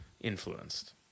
Influenced